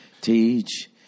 Teach